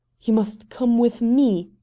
you must come with me!